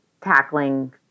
tackling